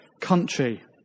country